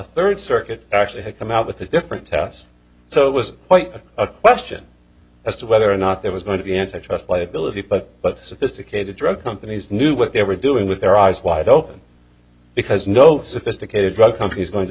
third circuit actually had come out with a different test so it was quite a question as to whether or not there was going to be antitrust liability but but sophisticated drug companies knew what they were doing with their eyes wide open because no sophisticated drug companies going to